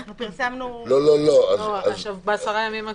אנחנו פרסמנו --- בעשרה הימים הקרובים.